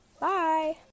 Bye